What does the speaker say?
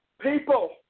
people